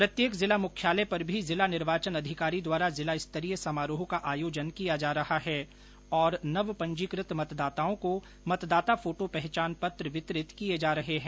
प्रत्येक जिला मुख्यालय पर भी जिला निर्वाचन अधिकारी द्वारा जिला स्तरीय समारोह का आयोजन किया जा रहा है और नवपंजीकृत मतदाताओं को मतदाता फोटो पहचान पत्र वितरित किये जा रहे हैं